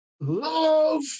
Love